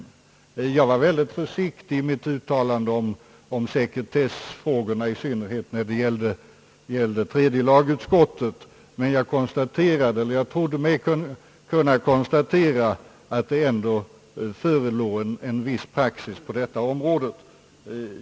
Jag var mycket försiktig i mitt uttalande om sekretessfrågorna, i synnerhet när det gällde tredje lagutskottet, men jag trodde mig ändå kunna konstatera, att det förelåg en viss praxis på detta område.